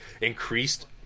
increased